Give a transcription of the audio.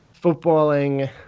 footballing